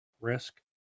risk